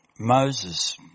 Moses